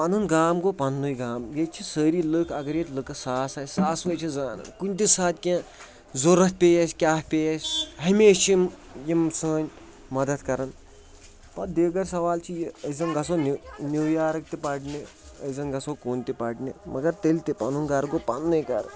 پَنُن گام گوٚو پَننُے گام ییٚتہِ چھِ سٲری لٕکھ اگر ییٚتہِ لٕکھ ساس آسہِ ساس وَے چھِ زانان کُنہِ تہِ ساتہٕ کینٛہہ ضوٚرَتھ پیٚیہِ اَسہِ کیٛاہ پیٚیہِ اَسہِ ہمیشہٕ یِم یِم سٲنۍ مَدَت کَران پَتہٕ دیٖگر سَوال چھِ یہِ أسۍ زَن گژھو نِو نِو یارٕک تہِ پَرنہِ أسۍ زَن گژھو کُن تہِ پَرنہِ مگر تیٚلہِ تہِ پَنُن گَرٕ گوٚو پَننُے گَرٕ